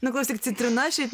na klausyk citrina šiaip jau